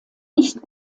nicht